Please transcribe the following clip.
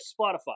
Spotify